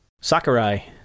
Sakurai